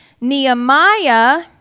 Nehemiah